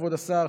כבוד השר,